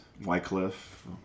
Wycliffe